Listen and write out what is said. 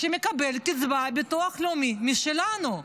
שמקבל קצבת ביטוח לאומי משלנו.